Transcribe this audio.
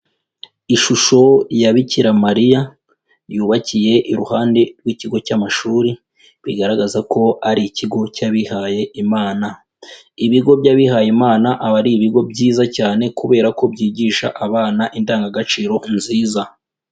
Ishusho ya bikira Mariya yubakiye iruhande rw'ikigo cy'amashuri, bigaragaza ko ari ikigo cy'abihay'Imana. Ibigo by'abihay'Imana aba ari ibigo byiza cyane kubera ko byigisha abana indangagaciro nziza.